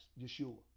Yeshua